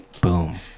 Boom